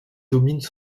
dominent